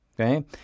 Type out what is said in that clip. Okay